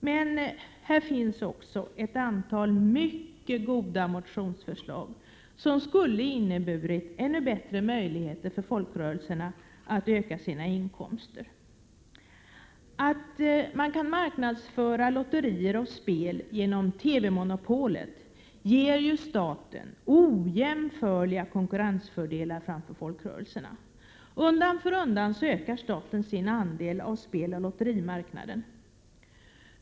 Men här finns också ett antal mycket goda motionsförslag som, om de hade tillstyrkts, skulle ha inneburit ännu bättre möjligheter för folkrörelserna att kunna öka sina inkomster. Det faktum att staten kan marknadsföra lotterier och spel genom TV-monopolet innebär ju att man ges ojämförliga konkurrensfördelar gentemot folkrörelserna. Undan för undan ökar staten sin andel av speloch lotterimarknaden.